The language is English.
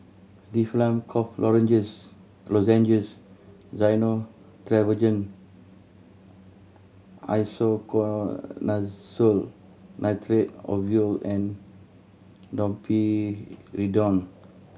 Difflam Cough Lozenges Gyno Travogen Isoconazole Nitrate Ovule and Domperidone